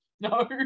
No